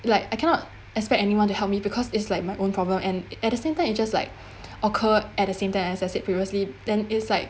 like I cannot expect anyone to help me because it's like my own problem and at the same time it just like occur at the same time as I said previously than it's like